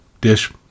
dish